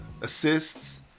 assists